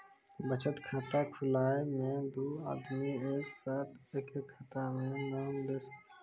बचत खाता खुलाए मे दू आदमी एक साथ एके खाता मे नाम दे सकी नी?